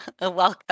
welcome